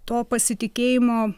to pasitikėjimo